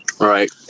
Right